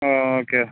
ஓ okay